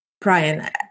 Brian